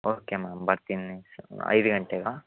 okay ma'am ಬರ್ತೀನಿ ಎಷ್ಟು ಐದು ಗಂಟೆಗಾ